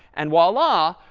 and voila,